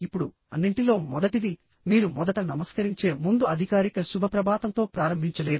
ఇప్పుడు అన్నింటిలో మొదటిది మీరు మొదట నమస్కరించే ముందు అధికారిక శుభ ప్రభాతంతో ప్రారంభించలేరు